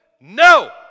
no